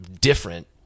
different